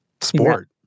sport